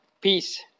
Peace